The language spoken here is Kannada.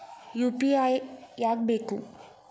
ಯು.ಪಿ.ಐ ಯಾಕ್ ಬೇಕು?